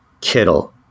Kittle